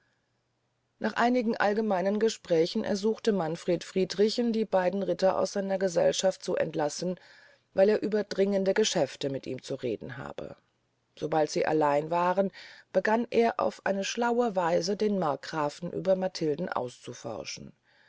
nach einigen allgemeinen gesprächen ersuchte manfred friedrichen die beyden ritter aus seiner gesellschaft zu entlassen weil er über dringende geschäfte mit ihm zu reden habe sobald sie allein waren begann er auf eine schlaue weise den markgrafen über matilden auszuforschen